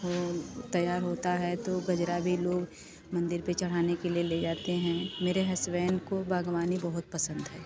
वह तैयार होता है तो गजरा भी लोग मंदिर पर चढ़ाने के लिए ले जाते हैं मेरे हसबैंड को बागवानी बहुत पसंद है